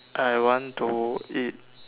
I want to eat